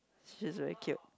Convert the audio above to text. she's really cute